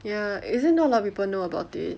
ya isn't not a lot of people know about it